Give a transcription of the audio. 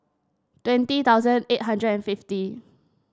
twenty thousand eight hundred and fifty